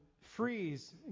freeze